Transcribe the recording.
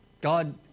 God